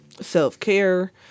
self-care